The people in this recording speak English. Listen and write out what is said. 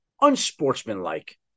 unsportsmanlike